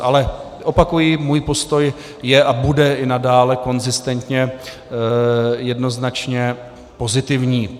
Ale opakuji, můj postoj je a bude i nadále konzistentně jednoznačně pozitivní.